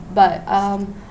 but um